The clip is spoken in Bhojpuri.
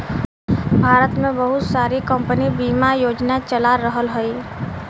भारत में बहुत सारी कम्पनी बिमा योजना चला रहल हयी